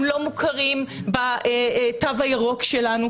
הם לא מוכרים בתו הירוק שלנו.